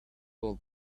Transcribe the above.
call